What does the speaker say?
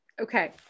okay